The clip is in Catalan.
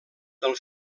del